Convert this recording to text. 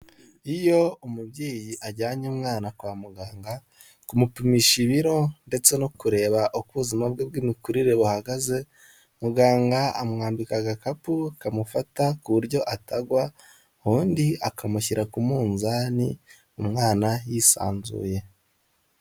Iyo umubyeyi ajyanye umwana kwa muganga kumupimisha ibiro, ndetse no kureba uko ubuzima bwe bw'imikurire buhagaze, muganga amwambika agakapu kamufata ku buryo atagwa, ubundi akamushyira ku munzani umwana yisanzuye.